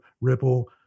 Ripple